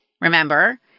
remember